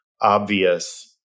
obvious